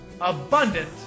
abundant